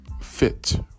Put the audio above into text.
fit